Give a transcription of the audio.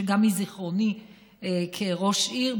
גם מזיכרוני כראש עיר,